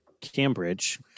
Cambridge